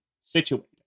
situated